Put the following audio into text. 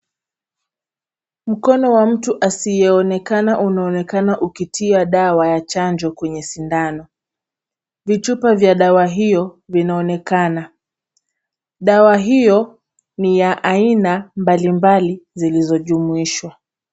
Mkono wa mtu asiyeonekana unaonekana ukitia dawa ya chanjo kwenye sindano. Vitupa vya dawa hiyo vinaonekana. Dawa hiyo ni ya aina mbalimbali zilizojumuishwa.